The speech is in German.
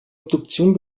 obduktion